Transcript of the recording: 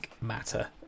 matter